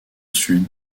sud